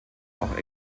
auch